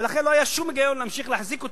ולכן לא היה שום היגיון להמשיך להחזיק אותו,